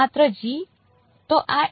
માત્ર g